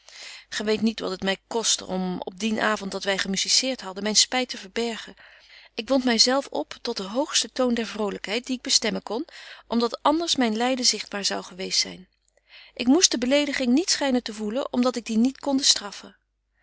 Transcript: gy weet niet wat het my koste om op dien avond dat wy gemusiceert hadden myn spyt te verbergen ik wond my zelf op tot den hoogsten toon der vrolykheid dien ik bestemmen kon om dat anders myn lyden zichtbaar zou geweest zyn ik moest de belediging niet schynen te voelen om dat ik die niet konde straffen